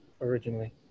originally